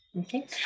Okay